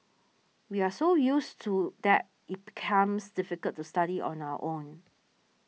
we're so used to that it becomes difficult to study on our own